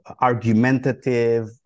argumentative